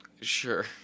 Sure